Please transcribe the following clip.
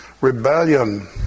rebellion